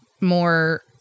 more